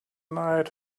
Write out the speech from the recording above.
night